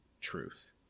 truth